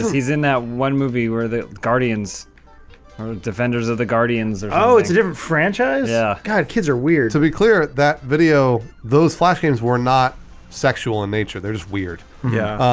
he's in that one movie where the guardians defenders of the guardians, oh it's a different franchise. yeah, god kids are weird so be clear that video those flash games were not sexual in nature there's weird yeah,